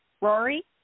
Rory